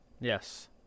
yes